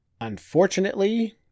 Unfortunately